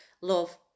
love